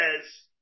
says